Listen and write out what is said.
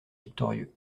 victorieux